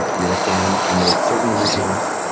ah you're a fan under certain regimes.